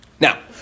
Now